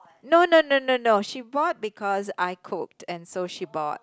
no no no no no she bought because I cooked and so she bought